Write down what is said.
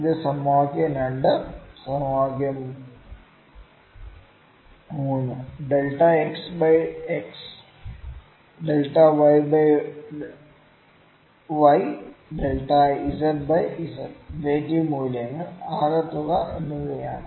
ഇത് സമവാക്യം 2 സമവാക്യം 3 delta x by x delta y by y delta zബൈ z റിലേറ്റീവ് മൂല്യങ്ങൾ ആകെത്തുക എന്നിവയാണ്